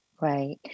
Right